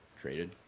traded